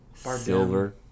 Silver